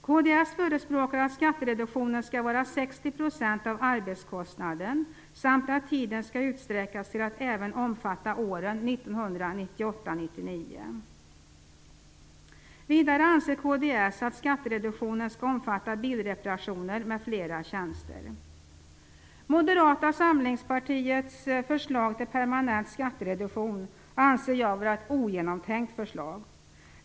Kds förespråkar att skattereduktionen skall vara 60 % av arbetskostnaden samt att tiden skall utsträckas till att även omfatta åren 1998-1999. Vidare anser kds att skattereduktionen skall omfatta bilreparationer m.fl. tjänster. Moderata samlingspartiets förslag till permanent skattereduktion anser jag vara ett ogenomtänkt förslag.